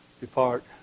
depart